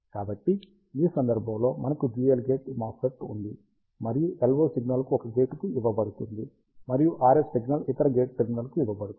కాబట్టి ఈ సందర్భంలో మనకు డ్యూయల్ గేట్ MOSFET ఉంది మరియు LO సిగ్నల్ ఒక గేటుకు ఇవ్వబడుతుంది మరియు RF సిగ్నల్ ఇతర గేట్ టెర్మినల్కు ఇవ్వబడుతుంది